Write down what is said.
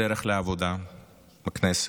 בדרך לעבודה בכנסת,